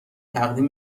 تقدیم